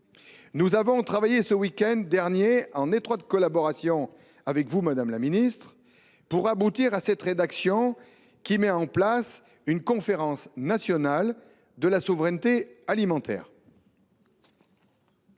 Nous avons travaillé le week end dernier en étroite collaboration avec vous, madame la ministre, pour aboutir à cette rédaction mettant en place une Conférence nationale de la souveraineté alimentaire.